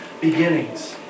beginnings